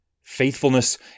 Faithfulness